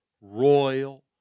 royal